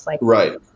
Right